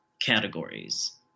categories